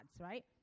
right